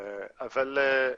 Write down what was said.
אבל,